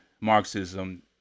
Marxism